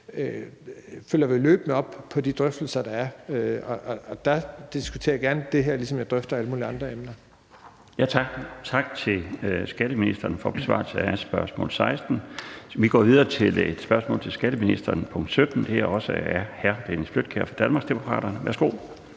følger vi løbende op på de drøftelser, der er, og der diskuterer jeg gerne det her, ligesom jeg drøfter alle mulige andre emner. Kl. 15:12 Den fg. formand (Bjarne Laustsen): Tak til skatteministeren for besvarelse af spørgsmål 16. Vi går videre med et spørgsmål til skatteministeren, spørgsmål 17, og det er også af hr. Dennis Flydtkjær fra Danmarksdemokraterne. Kl.